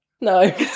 no